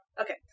Okay